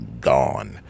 gone